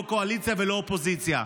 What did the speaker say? לא קואליציה ולא אופוזיציה,